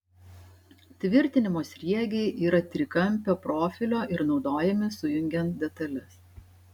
tvirtinimo sriegiai yra trikampio profilio ir naudojami sujungiant detales